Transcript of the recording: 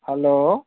hello